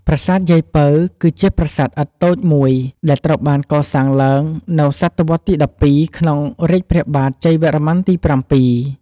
ប្រាសាទយាយពៅ គឺជាប្រាសាទឥដ្ឋតូចមួយដែលត្រូវបានកសាងឡើងនៅ សតវត្សរ៍ទី ១២ ក្នុងរាជ្យព្រះបាទជ័យវរ្ម័នទី ៧។